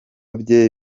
bye